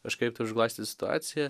kažkaip tai užglaistyti situaciją